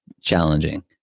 challenging